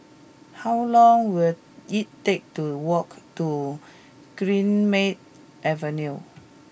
how long will it take to walk to Greenmead Avenue